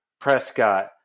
Prescott